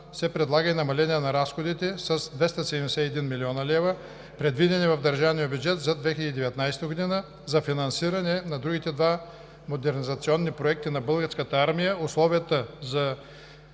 се предлага и намаление на разходите с 271 млн. лв., предвидени в държавния бюджет за 2019 г. за финансиране на другите два модернизационни проекта на Българската армия, условията за